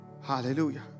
Hallelujah